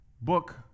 book